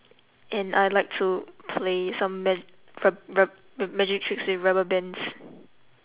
and I like to play some ma~ rub~ rub~ ru~ magic tricks with some rubber bands